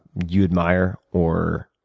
you admire or